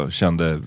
kände